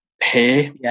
pay